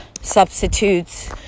substitutes